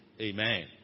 amen